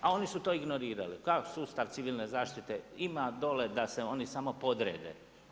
A oni su to ignorirali kao sustav civilne zaštite ima dole da se oni samo podrede.